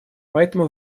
поэтому